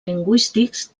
lingüístics